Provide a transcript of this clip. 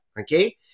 Okay